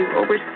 over